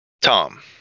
tom